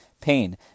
pain